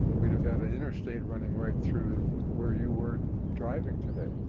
we'd have had an interstate running right through where you were driving today.